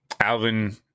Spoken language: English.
Alvin